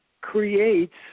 creates